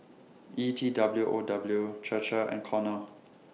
E T W O W Chir Chir and Cornell